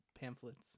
pamphlets